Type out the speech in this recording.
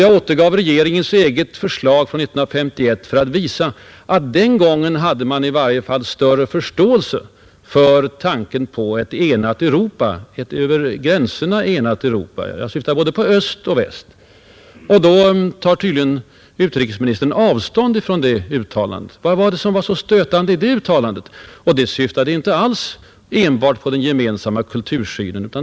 Jag återgav regeringens eget förslag till OEEC från 1951 för att visa att man den gången i varje fall hade större förståelse för tanken på ett över gränserna enat Europa. Jag syftar här både på öst och väst. Men utrikesministern tar tydligen avstånd från uttalandet. Vad var det som var stötande däri? Det syftade inte alls enbart på en gemensam kultursyn.